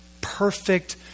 perfect